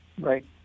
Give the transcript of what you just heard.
Right